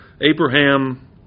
Abraham